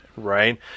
Right